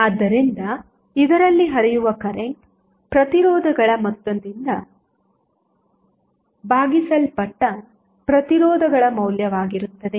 ಆದ್ದರಿಂದ ಇದರಲ್ಲಿ ಹರಿಯುವ ಕರೆಂಟ್ ಪ್ರತಿರೋಧಗಳ ಮೊತ್ತದಿಂದ ಭಾಗಿಸಲ್ಪಟ್ಟ ಪ್ರತಿರೋಧಗಳ ಮೌಲ್ಯವಾಗಿರುತ್ತದೆ